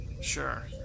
sure